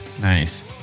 Nice